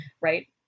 right